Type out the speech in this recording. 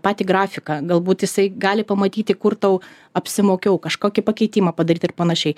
patį grafiką galbūt jisai gali pamatyti kur tau apsimokiau kažkokį pakeitimą padaryt ir panašiai